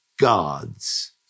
God's